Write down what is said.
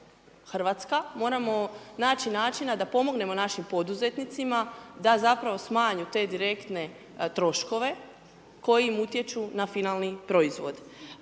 kao RH, moramo naći načina da pomognemo našim poduzetnicima da zapravo smanje te direktne troškove kojim utječu na finalni proizvod.